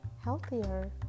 healthier